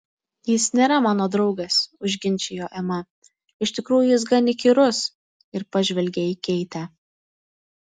jis nėra mano draugas užginčijo ema iš tikrųjų jis gan įkyrus ir pažvelgė į keitę